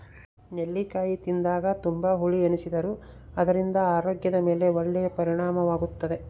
ನೆಲ್ಲಿಕಾಯಿ ತಿಂದಾಗ ತುಂಬಾ ಹುಳಿ ಎನಿಸಿದರೂ ಅದರಿಂದ ಆರೋಗ್ಯದ ಮೇಲೆ ಒಳ್ಳೆಯ ಪರಿಣಾಮವಾಗುತ್ತದೆ